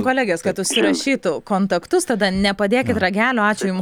kolegės kad užsirašytų kontaktus tada nepadėkit ragelio ačiū jums